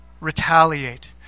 retaliate